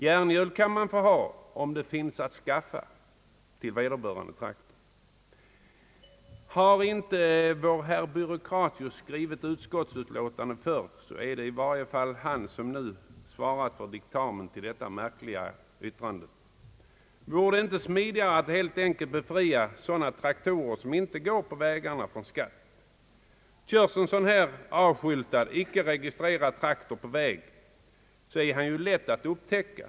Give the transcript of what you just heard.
Järnhjul kan man få ha om sådana kan anskaffas till respektive traktor. Har inte vår herr Byråkratius skrivit utskottsutlåtanden förr, så är det i varje fall han som nu svarat för diktamen till detta märkliga yttrande. Vore det inte smidigare att helt enkelt befria sådana traktorer som inte går på vägarna från skatt? Körs en sådan här avskyltad icke-registrerad traktor på väg är den ju lätt att upptäcka.